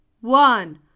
one